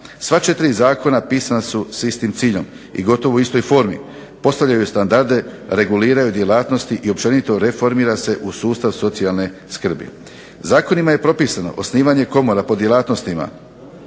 Sva četiri zakona pisana su s istim ciljom, i gotovo u istoj formi. Postavljaju standarde, reguliraju djelatnosti, i općenito reformira se u sustav socijalne skrbi. Zakonima je propisano osnivanje komora po djelatnostima